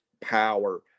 power